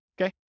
Okay